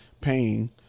paying